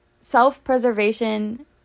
Self-preservation